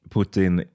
Putin